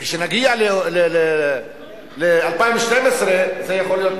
כשנגיע ל-2012 זה יכול להיות,